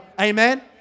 Amen